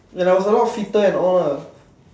when I was a lot fitter and all lah